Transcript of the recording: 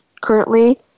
currently